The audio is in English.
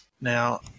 Now